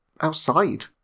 outside